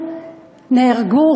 נהרגו,